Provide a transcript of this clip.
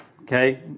Okay